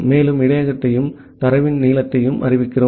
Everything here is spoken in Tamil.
பெறும் இடையகத்தையும் தரவின் நீளத்தையும் அறிவிக்கிறோம்